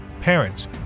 parents